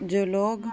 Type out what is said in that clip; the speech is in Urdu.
جو لوگ